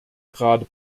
gerade